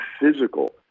physical